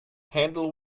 handle